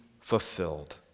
fulfilled